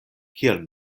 kial